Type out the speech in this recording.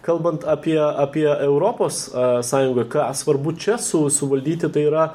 kalbant apie apie europos sąjungą ką svarbu čia su suvaldyti tai yra